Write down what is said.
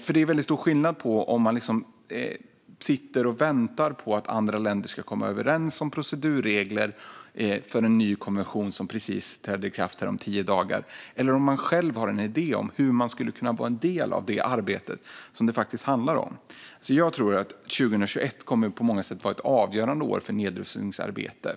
Det är en väldigt stor skillnad på om man sitter och väntar på att andra länder ska komma överens om procedurregler för en ny konvention som träder i kraft om tio dagar eller om man själv har en idé om hur man skulle kunna vara en del av det arbete som det faktiskt handlar om. Jag tror att 2021 på många sätt kommer att vara ett avgörande år för nedrustningsarbetet.